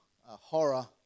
horror